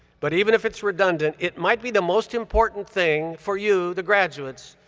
but even if it's redundant, it might be the most important thing for you, the graduates,